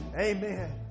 Amen